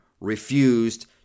refused